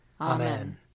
Amen